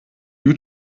you